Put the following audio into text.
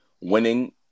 winning